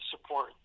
support